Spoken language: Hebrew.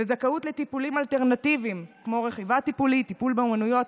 וזכאות לטיפולים אלטרנטיביים כמו רכיבה טיפולית וטיפול באומנויות,